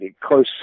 close